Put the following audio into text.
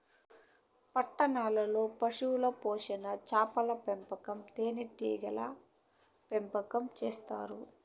పట్టణాల్లో పశుపోషణ, చాపల పెంపకం, తేనీగల పెంపకం చేత్తారు